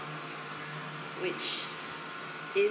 which it's